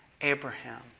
Abraham